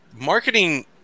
marketing